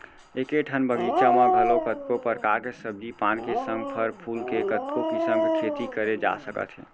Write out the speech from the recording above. एके ठन बगीचा म घलौ कतको परकार के सब्जी पान के संग फर फूल के कतको किसम के खेती करे जा सकत हे